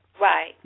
Right